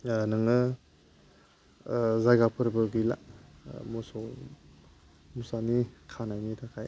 दा नोङो जायगाफोरबो गैला मोसौ मोसानि खानायनि थाखाय